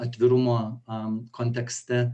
atvirumo am kontekste